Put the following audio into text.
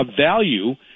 value